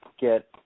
get